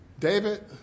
David